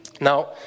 Now